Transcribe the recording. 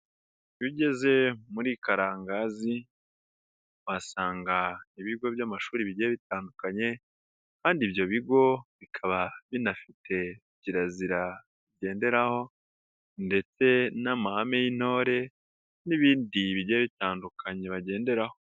iyo ugeze muri Karangazi uhasanga ibigo by'amashuri bigiye bitandukanye kandi ibyo bigo bikaba binafite kirazira ngenderaho ndetse n'amahame y'intore n'ibindi bigiye bitandukanye bagenderaho.